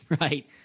right